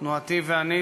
תנועתי ואני,